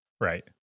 Right